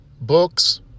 books